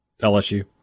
LSU